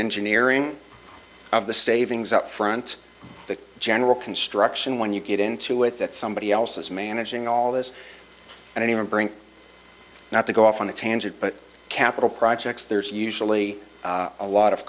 engineering of the savings up front the general construction when you get into it that somebody else is managing all this i don't even bring not to go off on a tangent but capital projects there's usually a lot of